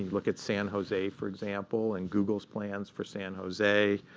look at san jose, for example, and google's plans for san jose.